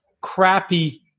crappy